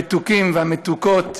המתוקים והמתוקות,